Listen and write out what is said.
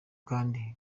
kandi